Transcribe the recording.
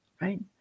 right